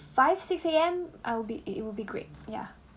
five six A_M I'll be it will be great ya